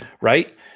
Right